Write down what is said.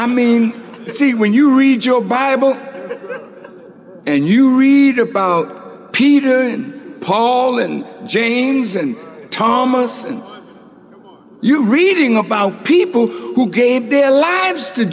i mean see when you read your bible and you read about peter paul and james and thomas and you reading about people who gave their lives to